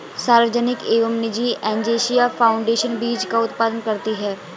सार्वजनिक एवं निजी एजेंसियां फाउंडेशन बीज का उत्पादन करती है